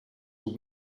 were